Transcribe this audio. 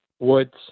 Woods